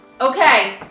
Okay